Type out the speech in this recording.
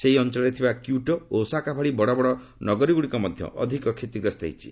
ସେହି ଅଞ୍ଚଳରେ ଥିବା କ୍ୟୁଟୋ ଓ ଓସାକା ଭଳି ଥିବା ବଡ଼ ବଡ଼ ନଗରୀଗୁଡ଼ିକ ମଧ୍ୟ ଅଧିକ କ୍ଷତିଗ୍ରସ୍ତ ହୋଇଛି